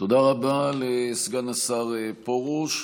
תודה רבה לסגן השר פרוש.